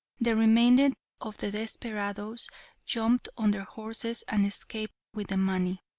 the remainder of the desperadoes jumped on their horses and escaped with the money.